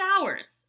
hours